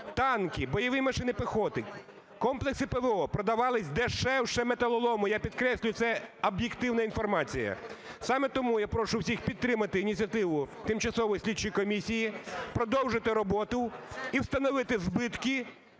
Танки, бойові машини піхоти, комплекси ПВО продавались дешевше металолому, я підкреслюю, це об'єктивна інформація. Саме тому я прошу всіх підтримати ініціативу тимчасової слідчої комісії продовжити роботу і встановити збитки